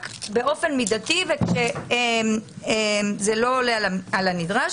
רק באופן מידתי וזה לא עולה על הנדרש.